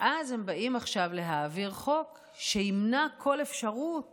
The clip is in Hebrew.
ואז הם באים עכשיו להעביר חוק שימנע כל אפשרות